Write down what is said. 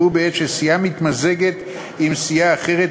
והוא בעת שסיעה מתמזגת עם סיעה אחרת,